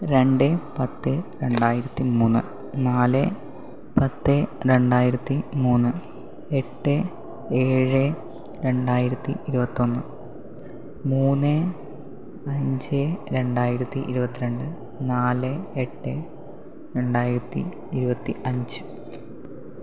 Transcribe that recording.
രണ്ട് പത്ത് രണ്ടായിരത്തി മൂന്ന് നാല് പത്ത് രണ്ടായിരത്തി മൂന്ന് എട്ട് ഏഴ് രണ്ടായിരത്തി ഇരുപത്തൊന്ന് മൂന്ന് അഞ്ച് രണ്ടായിരത്തി ഇരുപത്തി രണ്ട് നാല് എട്ട് രണ്ടായിരത്തി ഇരുപത്തി അഞ്ച്